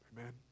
Amen